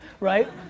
right